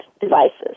devices